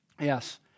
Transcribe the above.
Yes